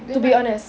then what